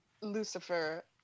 Lucifer